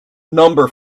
number